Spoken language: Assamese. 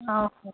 অঁ